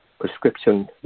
prescription